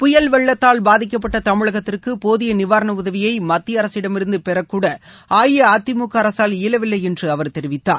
புயல் வெள்ளத்தால் பாதிக்கப்பட்ட தமிழகத்திற்கு போதிய நிவாரண உதவியை மத்திய அரசிடமிருந்து பெறக்கூட அஇஅதிமுக அரசால் இயலவில்லை என்று அவர் தெரிவித்தார்